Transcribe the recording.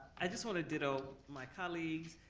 i just want to ditto my colleague.